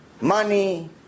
money